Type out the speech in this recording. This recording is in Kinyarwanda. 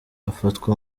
afatwa